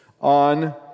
on